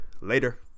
later